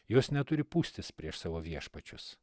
jos neturi pūstis prieš savo viešpačius